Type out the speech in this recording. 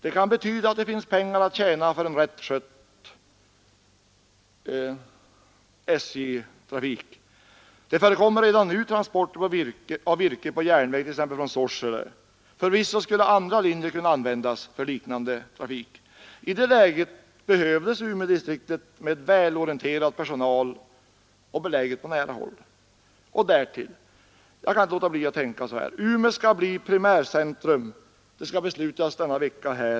Det kan betyda att det finns pengar att tjäna för en rätt skött SJ-trafik. Det förekommer redan nu transporter av virke på järnväg, t.ex. från Sorsele. Förvisso skulle andra linjer kunna användas för liknande transporter. I det läget behövdes Umedistriktet med välorienterad personal och beläget på nära håll. Och därtill kan jag inte låta bli att tänka så här: Umeå skall bli primärcentrum — det skall beslutas denna vecka.